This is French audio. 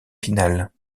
finale